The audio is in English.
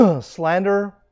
slander